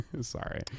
Sorry